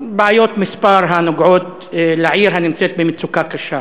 בבעיות מספר הנוגעות בעיר הנמצאת במצוקה קשה.